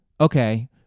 Okay